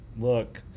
Look